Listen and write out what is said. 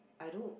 I don't